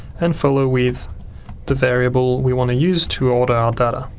and follow with the variable we want to use to order our data,